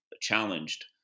challenged